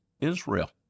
Israel